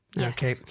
okay